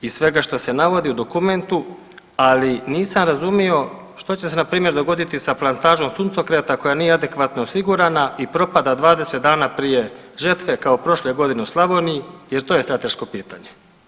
Iz svega što se navodi u dokumentu ali nisam razumio što će se na primjer dogoditi sa plantažom suncokreta koja nije adekvatno osigurana i propada 20 dana prije žetve kao prošle godine u Slavoniji jer to je strateško pitanje.